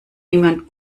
niemand